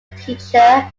teacher